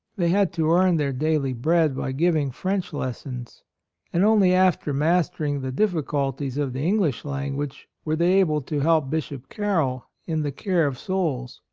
they had to earn their daily bread by giving french lessons and only after mastering the diffi culties of the english language were they able to help bishop carroll in the care of souls.